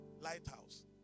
Lighthouse